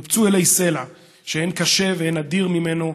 נופצו אלי סלע שאין קשה ואין אדיר ממנו,